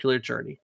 journey